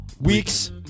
weeks